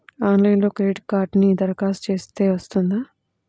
ఆన్లైన్లో క్రెడిట్ కార్డ్కి దరఖాస్తు చేస్తే వస్తుందా?